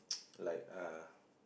like uh